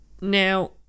Now